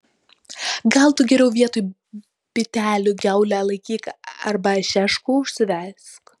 gal tu geriau vietoj bitelių kiaulę laikyk arba šeškų užsiveisk